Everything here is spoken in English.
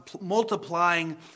multiplying